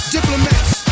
Diplomats